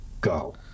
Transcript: go